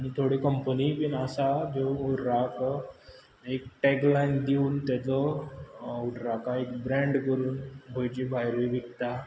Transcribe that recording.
आनी थोड्यो कंपनीय बीन आसा ज्यो उर्राक एक टॅगलायन दिवून तेचो उर्राका एक ब्रेंड करून गोंयचे भायरूय विकता